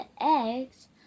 eggs